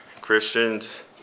Christians